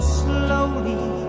slowly